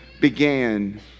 began